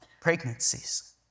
pregnancies